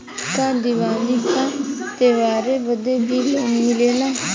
का दिवाली का त्योहारी बदे भी लोन मिलेला?